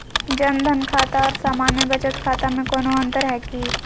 जन धन खाता और सामान्य बचत खाता में कोनो अंतर है की?